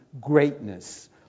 greatness